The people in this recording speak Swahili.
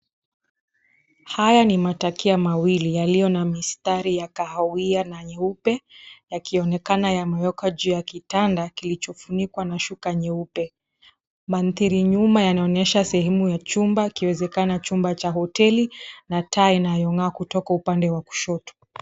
Haya ni matakia mawili yaliyo na mistari ya kahawia na nyeupe yakionekana yamewekwa uni ya kitanda kilichofunikwa na shuka nyeupe. Mandhari nyuma yanaonyesha sehemu ya chumba ikiwezekana chumba cha hoteli na taa inayong'aa kutoka upande wa kushoto.